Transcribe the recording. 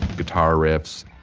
guitar riffs,